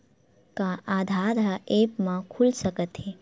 का आधार ह ऐप म खुल सकत हे?